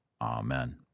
Amen